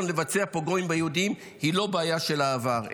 לבצע פוגרומים ביהודים היא לא בעיה של העבר,